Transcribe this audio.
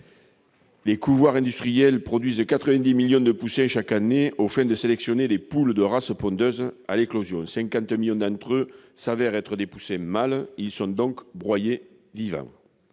Les couvoirs industriels produisent 90 millions de poussins chaque année aux fins de sélectionner des poules de races pondeuses. À l'éclosion, 50 millions d'entre eux s'avèrent être des poussins mâles et sont donc broyés vivants.